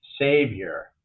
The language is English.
savior